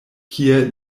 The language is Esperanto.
kie